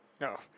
No